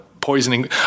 poisoning